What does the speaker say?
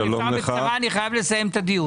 אם אפשר בקצרה, אני חייב לסיים את הדיון.